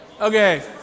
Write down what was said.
okay